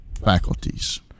faculties